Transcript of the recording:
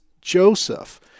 Joseph